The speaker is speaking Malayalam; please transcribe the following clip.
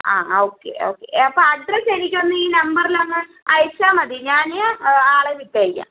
ആ ഓക്കെ ഓക്കെ അപ്പം അഡ്രസ്സ് എനിക്കൊന്ന് ഈ നമ്പറിൽ ഒന്ന് അയച്ചാൽ മതി ഞാൻ ആളെ വിട്ടേക്കാം